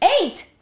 Eight